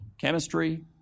chemistry